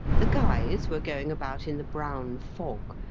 the guys were going about in the brown fog,